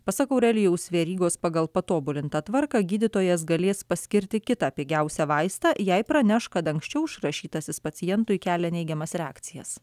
pasak aurelijaus verygos pagal patobulintą tvarką gydytojas galės paskirti kitą pigiausią vaistą jei praneš kad anksčiau išrašytasis pacientui kelia neigiamas reakcijas